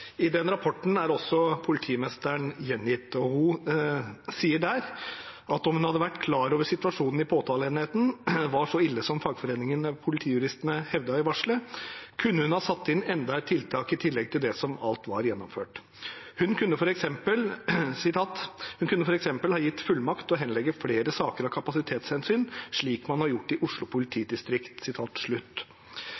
I den rapporten er også politimesteren gjengitt, og hun sier der at om en hadde vært klar over at situasjonen i påtaleenheten var så ille som fagforeningen med politijuristene hevdet i varslet, kunne hun ha satt inn enda et tiltak i tillegg til det som alt var gjennomført. Hun kunne f.eks. ha gitt fullmakt til å henlegge flere saker av kapasitetshensyn, slik man har gjort i Oslo